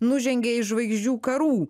nužengė iš žvaigždžių karų